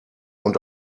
und